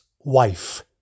Wife